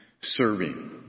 serving